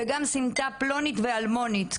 וגם סמטה פלונית ואלמונית,